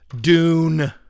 dune